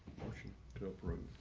motion to approve.